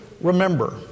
remember